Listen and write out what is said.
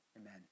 Amen